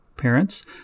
Parents